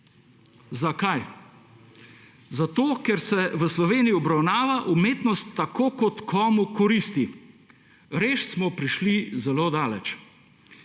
Zakaj? Zato ker se v Sloveniji obravnava umetnost tako, kot komu koristi. Res smo prišli zelo daleč.